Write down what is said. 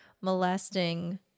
molesting